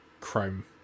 Chrome